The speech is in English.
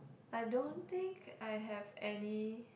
I don't think I have any